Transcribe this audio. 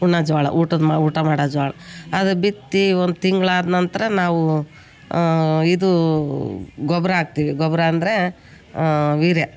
ಉಣ್ಣೋ ಜೋಳ ಊಟದ ಮಾ ಊಟ ಮಾಡೋ ಜೋಳ ಅದು ಬಿತ್ತಿ ಒಂದು ತಿಂಗ್ಳಾದ ನಂತರ ನಾವು ಇದು ಗೊಬ್ಬರ ಹಾಕ್ತಿವಿ ಗೊಬ್ಬರ ಅಂದರೆ ವೀರ್ಯ